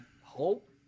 Hope